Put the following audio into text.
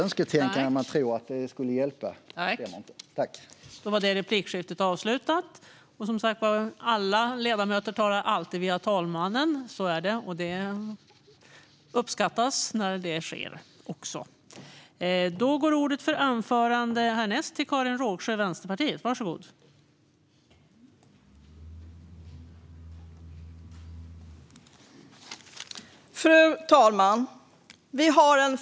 Önsketänkandet, att det skulle hjälpa, stämmer alltså inte.